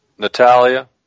Natalia